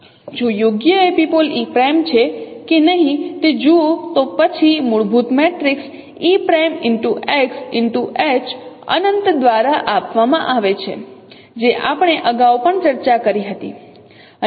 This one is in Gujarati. જો યોગ્ય એપિપોલ e' છે કે નહીં તે જુઓ તો પછી મૂળભૂત મેટ્રિક્સ e'XH અનંત દ્વારા આપવામાં આવે છે જે આપણે અગાઉ પણ ચર્ચા કરી હતી